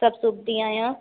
सभु सिबंदी आहियां